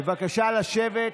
בבקשה לשבת.